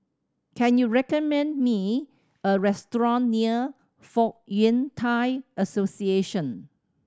can you recommend me a restaurant near Fong Yun Thai Association